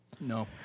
No